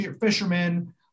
fishermen